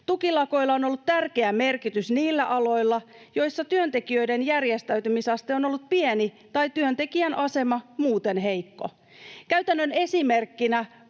Tukilakoilla on ollut tärkeä merkitys niillä aloilla, joilla työntekijöiden järjestäytymisaste on ollut pieni tai työntekijän asema muuten heikko. Käytännön esimerkkinä